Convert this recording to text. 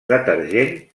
detergent